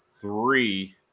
three